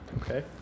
Okay